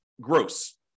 gross